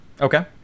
Okay